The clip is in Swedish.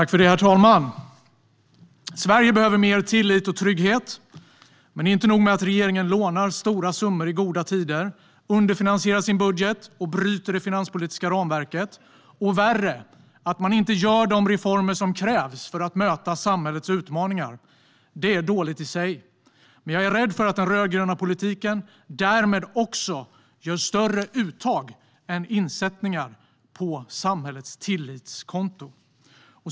Herr talman! Sverige behöver mer tillit och trygghet. Regeringen lånar stora summor i goda tider, underfinansierar sin budget och bryter det finanspolitiska ramverket - och än värre, man gör inte de reformer som krävs för att möta samhällets utmaningar. Det är dåligt i sig, men jag är rädd för att den rödgröna politiken därmed också gör större uttag än insättningar på samhällets tillitskonto.